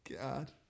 God